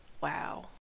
wow